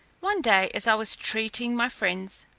one day as i was treating my friends,